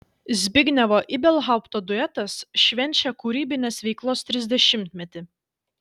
zbignevo ibelhaupto duetas švenčia kūrybinės veiklos trisdešimtmetį